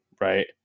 Right